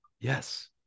Yes